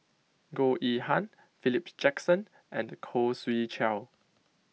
Goh Yihan Philip Jackson and Khoo Swee Chiow